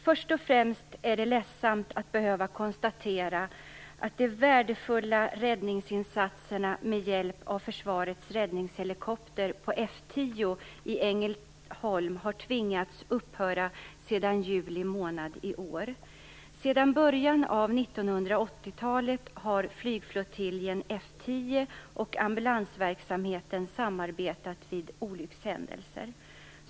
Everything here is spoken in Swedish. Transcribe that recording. Först och främst är det ledsamt att behöva konstatera att de värdefulla räddningsinsatserna med hjälp av försvarets räddningshelikopter på F 10 i Ängelholm tvingades upphöra i juli månad i år. och ambulansverksamheten samarbetat vid olyckshändelser.